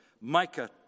Micah